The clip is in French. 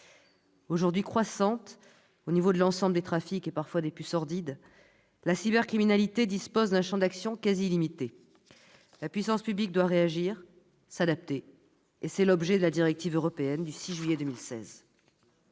Aujourd'hui croissante au niveau de l'ensemble des trafics et parfois des plus sordides, la cybercriminalité dispose d'un champ d'action quasi illimité. La puissance publique doit réagir, s'adapter, et c'est l'objet de la directive européenne du 6 juillet 2016.